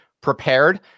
prepared